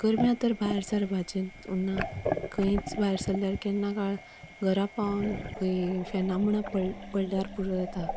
गर्म्या तर भायर सरपाचे ना खंयीच भायर सल्ल्यार केन्ना काळ घरा पावन खंयी फेना मुळा पडल्यार पुरो जाता